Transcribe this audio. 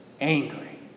angry